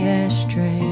ashtray